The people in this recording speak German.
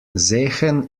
sehen